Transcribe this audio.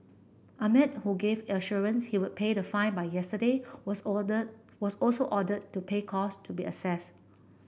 Ahmed who gave assurance he would pay the fine by yesterday was ordered was also ordered to pay cost to be assess